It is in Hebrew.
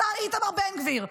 השר איתמר בן גביר.